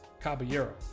Caballero